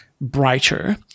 brighter